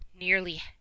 nearly